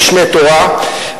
"משנה תורה",